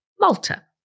Malta